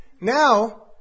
now